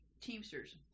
Teamsters